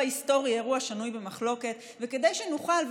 היסטורי "אירוע שנוי במחלוקת" וכדי שנוכל,